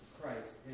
Christ